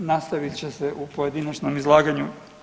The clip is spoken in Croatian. Nastavit će se u pojedinačnom izlaganju.